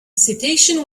citation